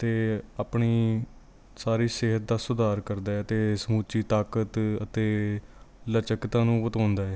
ਅਤੇ ਆਪਣੀ ਸਾਰੀ ਸਿਹਤ ਦਾ ਸੁਧਾਰ ਕਰਦਾ ਹੈ ਅਤੇ ਸਮੁੱਚੀ ਤਾਕਤ ਅਤੇ ਲਚਕਤਾ ਨੂੰ ਵਧਾਉਂਦਾ ਹੈ